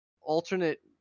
alternate